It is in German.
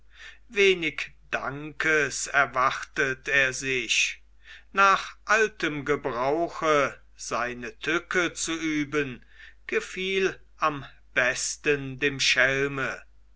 wenig dankes erwartet er sich nach altem gebrauche seine tücke zu üben gefiel am besten dem schelme